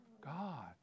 God